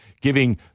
giving